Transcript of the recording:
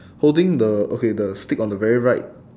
holding the okay the stick on the very right